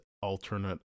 alternate